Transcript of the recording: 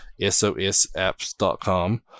sosapps.com